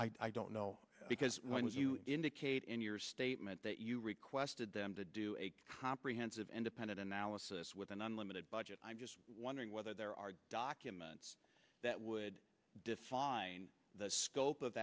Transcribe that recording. k i don't know because when you indicate in your statement that you requested to do a comprehensive independent analysis with an unlimited budget i'm just wondering whether there are documents that would define the scope of